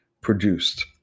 produced